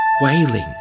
wailing